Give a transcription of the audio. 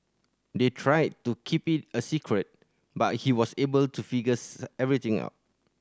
they tried to keep it a secret but he was able to figures everything out